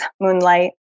moonlight